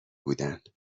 بودن